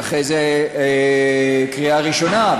ואחרי זה קריאה ראשונה,